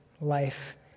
life